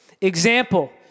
example